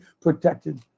protected